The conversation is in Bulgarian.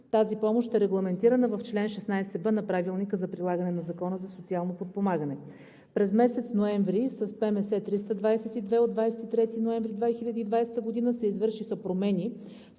Тази помощ е регламентирана в чл. 16б на Правилника за прилагане на Закона за социално подпомагане. През месец ноември с ПМС № 322 от 23 ноември 2020 г. се извършиха промени,